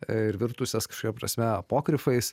ir virtusias kažkokia prasme apokrifais